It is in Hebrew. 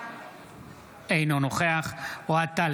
אינו נוכח אוהד טל,